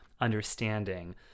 understanding